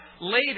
later